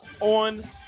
on